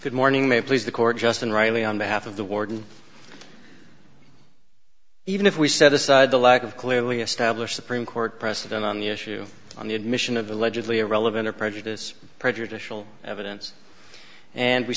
good morning may please the court just in rightly on behalf of the warden even if we set aside the lack of clearly established supreme court precedent on the issue on the admission of allegedly irrelevant or prejudice prejudicial evidence and we